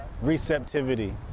receptivity